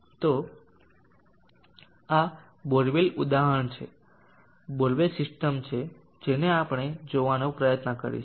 તો આ બોરવેલ ઉદાહરણ છે બોરવેલ સિસ્ટમ છે જેને આપણે જોવાનો પ્રયત્ન કરીશું